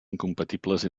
incompatibles